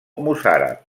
mossàrab